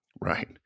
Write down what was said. Right